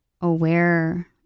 aware